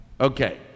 Okay